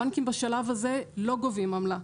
הבנקים בשלב הזה לא גובים עמלה,